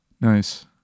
Nice